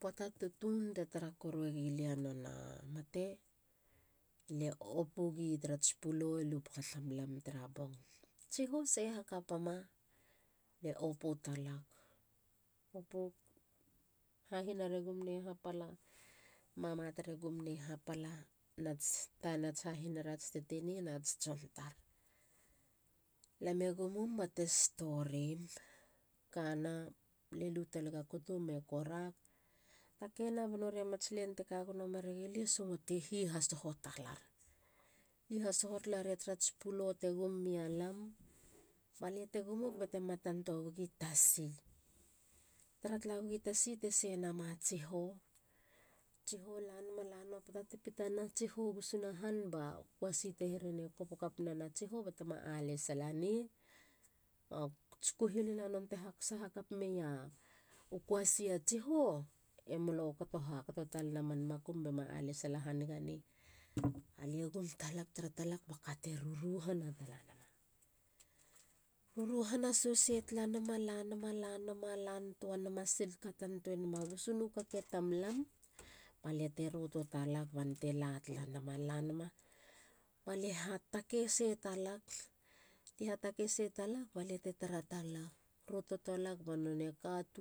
Puat tutun te tara korue gilia noonei a mate le opugi tarats pulo i luma tamlam tara bong. Tsiho sei hakapama. le opu talag. opug. hahinar e gum nei pal hapala. mama tar e gum nei hapala nats tana nats hahinar ats tetene nats tson tar. Lam e gumgum ba te storim. kana le lu talaga kutu me korag. takena ba nori a mats len te ka gono mere gilia songotein hi hasoho talar. hihasoho talaria tarats pulo te gum mi lam balia te gumug matan tua wegi tasi. tara tala wegi tasi te sei nama tsiho. tsiho lanama. lanama. poata te pitana tsiho gusuna han ba u kuasi te herena kopo kap nena tsiho ba te ma alesala nei. Ats kuhilina non te hasaha kap meie u kuasi a tsiho. e molo kato ha kato talena man makum be ma alesala haniga nei. Alie gum talag. tara talak ba ka te ruruhana tala nama. ruruhana sosei tala nama. lanama. lanama. lanama. lantua nama sil kapan tua nama gusunu kake tamlam. balia te ruto talag bante la tala nama. la nama. balie hatakei se talag. lie hatake sei talag. balia te tara talag. ruto talag ba noneia